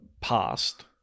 past